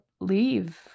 leave